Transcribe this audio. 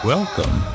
Welcome